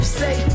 say